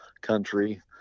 country